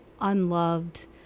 unloved